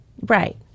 Right